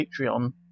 patreon